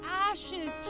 ashes